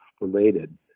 related